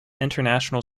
international